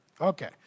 Okay